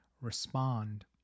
respond